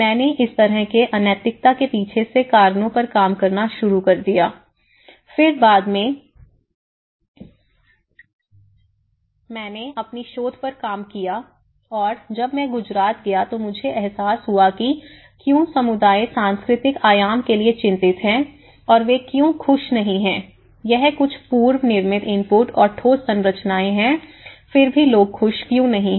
मैंने इस तरह के अनैतिकता के पीछे के कारणों पर काम करना शुरू कर दिया फिर बाद में मैंने अपनी शोध पर काम किया और जब मैं गुजरात गया तो मुझे एहसास हुआ कि क्यों समुदाय सांस्कृतिक आयाम के लिए चिंतित हैं और वे क्यों खुश नहीं हैं यह कुछ पूर्वनिर्मित इनपुट और ठोस संरचनाएं हैं फिर भी लोग खुश क्यों नहीं है